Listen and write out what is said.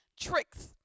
tricks